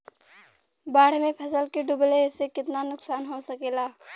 बाढ़ मे फसल के डुबले से कितना नुकसान हो सकेला?